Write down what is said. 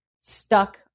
stuck